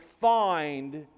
find